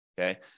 okay